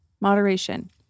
Moderation